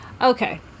Okay